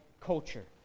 culture